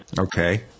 Okay